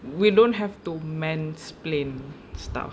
we don't have to mansplain stuff